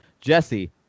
Jesse